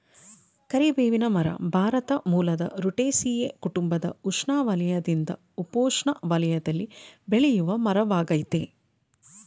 ಕರಿಬೇವಿನ ಮರ ಭಾರತ ಮೂಲದ ರುಟೇಸಿಯೇ ಕುಟುಂಬದ ಉಷ್ಣವಲಯದಿಂದ ಉಪೋಷ್ಣ ವಲಯದಲ್ಲಿ ಬೆಳೆಯುವಮರವಾಗಯ್ತೆ